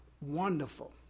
wonderful